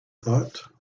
thought